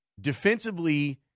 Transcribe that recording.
Defensively